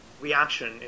reaction